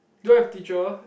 don't have teacher